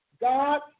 God